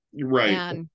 Right